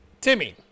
Timmy